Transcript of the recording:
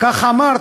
כך אמרת,